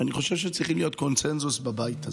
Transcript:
שאני חושב שצריכים להיות קונצנזוס בבית הזה,